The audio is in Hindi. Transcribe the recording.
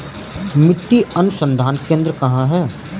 मिट्टी अनुसंधान केंद्र कहाँ है?